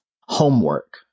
Homework